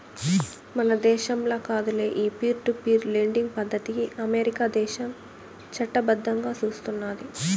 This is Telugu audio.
మన దేశంల కాదులే, ఈ పీర్ టు పీర్ లెండింగ్ పద్దతికి అమెరికా దేశం చట్టబద్దంగా సూస్తున్నాది